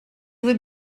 would